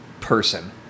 person